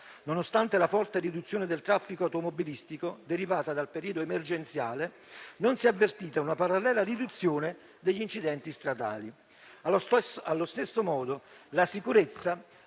nonostante la forte riduzione del traffico automobilistico, derivata dal periodo emergenziale, non si è avvertita una parallela riduzione degli incidenti stradali. Allo stesso modo, la sicurezza